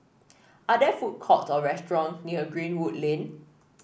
are there food courts or restaurants near Greenwood Lane